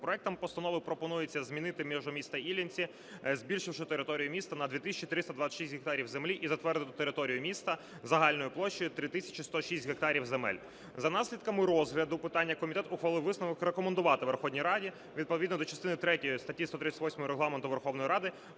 Проектом постанови пропонується змінити межу міста Іллінці, збільшивши територію міста на 2 тисячі 326 гектари землі і затвердити ту територію міста загальною площею 3 тисячі 106 гектарів земель. За наслідками розгляду питання комітет ухвалив висновок рекомендувати Верховній Раді відповідно до частини третьої статті 138 Регламенту Верховної Ради